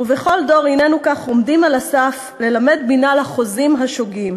ובכל דור הננו כך עומדים על הסף ללמד בינה לחוזים השוגים.